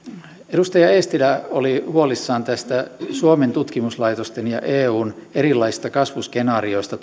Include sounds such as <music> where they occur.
edustaja eestilä oli huolissaan suomen tutkimuslaitosten ja eun erilaisista kasvuskenaarioista <unintelligible>